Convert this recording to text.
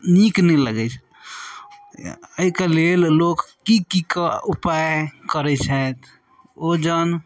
नीक नहि लगय छै अइके लेल लोक की की कऽ उपाय करय छथि वजन